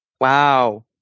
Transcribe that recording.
Wow